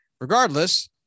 regardless